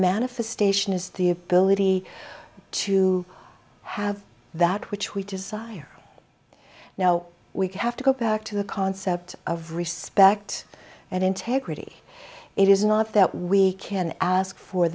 manifestation is the ability to have that which we desire now we have to go back to the concept of respect and integrity it is not that we can ask for